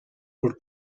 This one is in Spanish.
por